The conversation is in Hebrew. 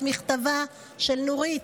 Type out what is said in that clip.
את מכתבה של נורית,